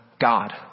God